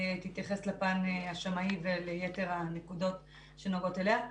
תתייחס לפן השמאי וליתר הנקודות שנוגעות אליה.